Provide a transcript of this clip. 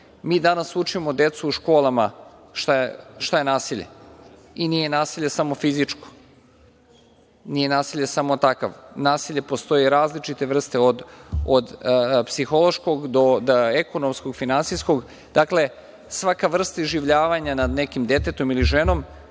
danas učimo decu u školama šta je nasilje. Nije nasilje samo fizičko, nije nasilje samo takav, nasilje postoji različite vrste od psihološkog do ekonomskog, finansijskog, dakle, svaka vrsta iživljavanja nad nekim detetom ili ženom